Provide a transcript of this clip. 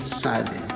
silent